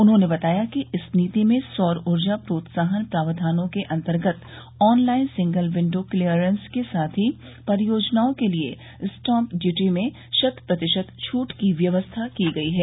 उन्होंने बताया कि इस नीति में सौर ऊर्जा प्रोत्साहन प्रावधानों के अन्तर्गत online single window clearance के साथ ही परियोजनाओं के लिये स्टाम्प ड्यूटी में शत प्रतिशत छूट की व्यवस्था की गई है